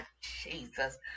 jesus